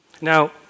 Now